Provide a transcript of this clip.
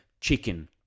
chicken